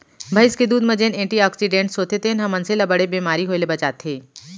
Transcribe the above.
भईंस के दूद म जेन एंटी आक्सीडेंट्स होथे तेन ह मनसे ल बड़े बेमारी होय ले बचाथे